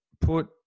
put